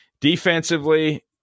Defensively